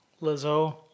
lizzo